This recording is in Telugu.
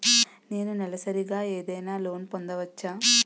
నేను నెలసరిగా ఏదైనా లోన్ పొందవచ్చా?